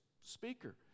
speaker